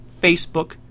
Facebook